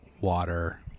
water